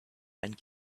and